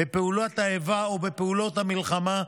בפעולות האיבה או בפעולות המלחמה,